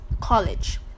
college